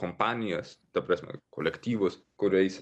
kompanijas ta prasme kolektyvus kuriais